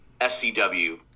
SCW